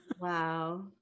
Wow